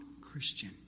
Christian